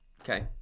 Okay